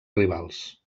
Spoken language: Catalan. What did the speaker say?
rivals